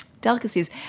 delicacies